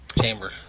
chamber